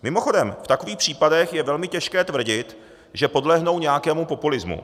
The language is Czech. Mimochodem, v takových případech je velmi těžké tvrdit, že podlehnou nějakému populismu.